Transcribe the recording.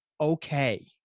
okay